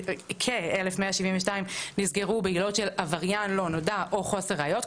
כ- 1,172 נסגרו בעילות של עבריין לא נודע או חוסר ראיות,